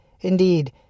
Indeed